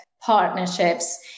partnerships